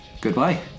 Goodbye